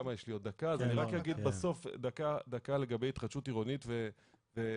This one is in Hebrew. אני רק אגיד לגבי התחדשות עירונית -- שלומי,